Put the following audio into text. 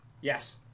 Yes